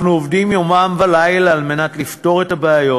אנחנו עובדים יומם ולילה כדי לפתור את הבעיות.